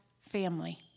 family